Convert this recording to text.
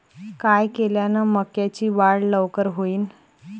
काय केल्यान मक्याची वाढ लवकर होईन?